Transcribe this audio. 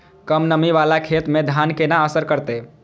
कम नमी वाला खेत में धान केना असर करते?